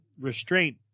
restraint